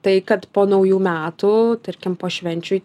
tai kad po naujų metų tarkim po švenčių